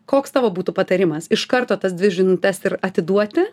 koks tavo būtų patarimas iš karto tas dvi žinutes ir atiduoti